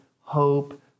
hope